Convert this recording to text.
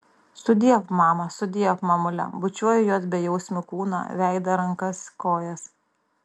sudiev mama sudiev mamule bučiuoju jos bejausmį kūną veidą rankas kojas